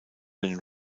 den